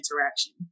interaction